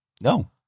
no